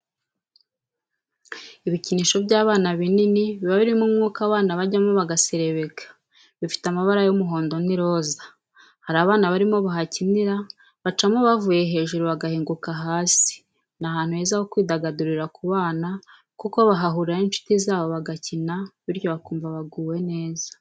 Ibikinisho by'abana binini biba birimo umwuka abana bajyamo bagaserebeka, bifite amabara y'umuhondo n'iroza hari abana barimo bahakinira bacamo bavuye hejuru bagahinguka hasi, ni ahantu heza ho kwidagadurira ku bana kuko bahahurira n'inshuti zabo bagakina bityo bakumva baguwe neza.